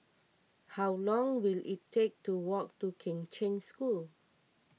how long will it take to walk to Kheng Cheng School